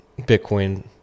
Bitcoin